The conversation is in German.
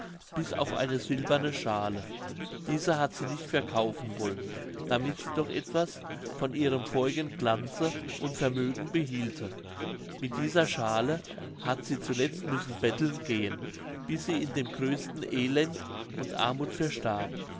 bis auf eine silberne schale diese hat sie nicht verkaufen wollen damit sie doch etwas von ihrem vorigen glanze und vermögen behielte mit dieser schale hat sie zuletzt müssen betteln gehen bis sie in dem größten elend und armuth verstarb